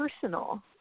personal